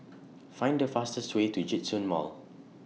Find The fastest Way to Djitsun Mall